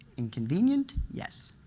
inconvenient, yes,